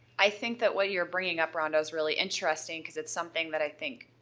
i think that what you're bringing up rhonda is really interesting cause it's something that i think